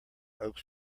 oak